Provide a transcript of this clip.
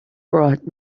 brought